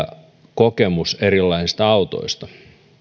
kokemus erilaisista autoista